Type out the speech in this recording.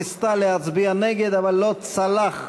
ניסתה להצביע נגד אבל לא צלח,